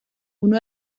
uno